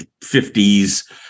50s